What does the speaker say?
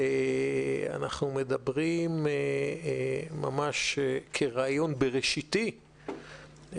אנחנו מדברים ממש כרעיון בראשיתי,